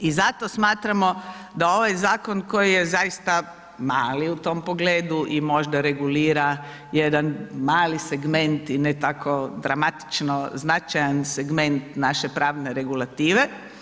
I zato smatramo da ovaj zakon koji je zaista mali u tom pogledu i možda regulira jedan mali segment i ne tako dramatično značajan segment naše pravne regulative.